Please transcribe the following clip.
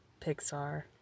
Pixar